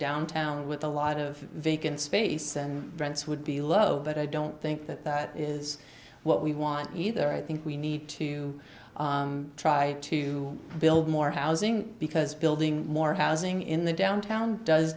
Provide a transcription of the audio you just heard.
downtown with a lot of vacant space and rents would be love but i don't think that that is what we want either i think we need to try to build more housing because building more housing in the downtown does